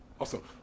Awesome